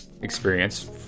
experience